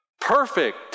Perfect